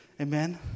Amen